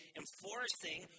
enforcing